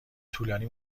طولانی